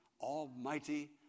Almighty